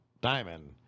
diamond